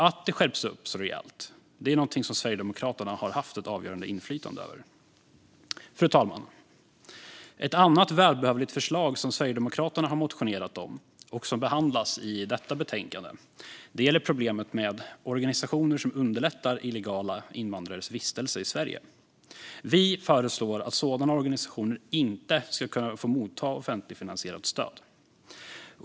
Att det skärps så rejält är någonting som Sverigedemokraterna har haft ett avgörande inflytande över. Fru talman! Ett annat välbehövligt förslag som Sverigedemokraterna har motionerat om och som behandlas i detta betänkande gäller problemet med organisationer som underlättar illegala invandrares vistelse i Sverige. Vi föreslår att sådana organisationer inte ska kunna motta offentligfinansierat stöd.